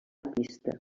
pista